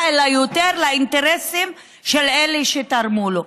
אלא יותר לאינטרסים של אלה שתרמו לו.